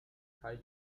fall